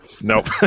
Nope